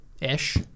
ish